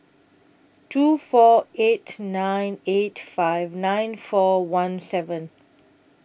two four eight nine eight five nine four one seven